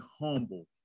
humble